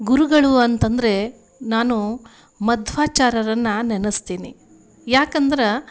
ಗುರುಗಳು ಅಂತಂದರೆ ನಾನು ಮಧ್ವಾಚಾರ್ಯರನ್ನ ನೆನೆಸ್ತೀನಿ ಯಾಕಂದ್ರೆ